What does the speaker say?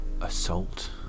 assault